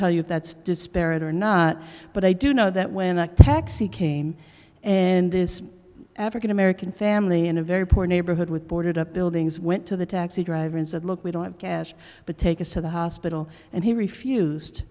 tell you that's disparate or not but i do know that when a taxi came and this african american family in a very poor neighborhood with boarded up buildings went to the taxi driver and said look we don't have cash but take us to the hospital and he refused